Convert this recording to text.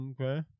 Okay